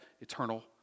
eternal